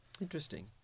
Interesting